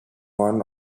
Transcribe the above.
one